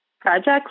projects